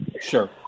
sure